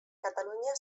catalunya